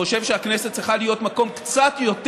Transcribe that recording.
חושב שהכנסת צריכה להיות מקום קצת יותר